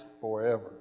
forever